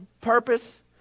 purpose